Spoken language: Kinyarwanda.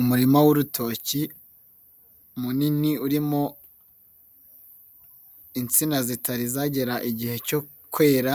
Umurima w'urutoki munini urimo insina zitari zagera igihe cyo kwera,